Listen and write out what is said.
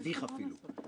מצר על כך.